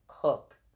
cook